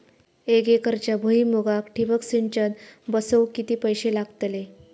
एक एकरच्या भुईमुगाक ठिबक सिंचन बसवूक किती पैशे लागतले?